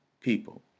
people